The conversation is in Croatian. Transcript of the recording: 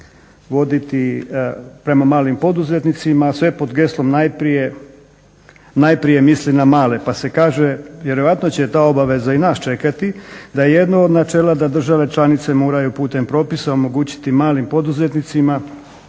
voditi prema malim poduzetnicima sve pod gestom najprije misli na male. Pa se kaže, vjerojatno će ta obaveza i nas čekati da je jedno od načela da države članice moraju putem propisa omogućiti malim poduzetnicima